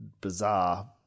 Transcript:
bizarre